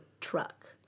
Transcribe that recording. truck